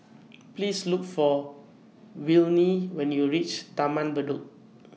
Please Look For Willene when YOU REACH Taman Bedok